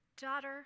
Daughter